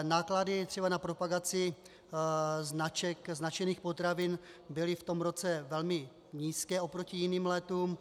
Náklady třeba na propagaci značek, značených potravin, byly v tom roce velmi nízké oproti jiným letům.